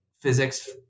physics